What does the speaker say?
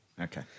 Okay